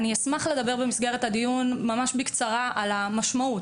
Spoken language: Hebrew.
אני אשמח לדבר במסגרת הזו ממש בקצרה על המשמעות.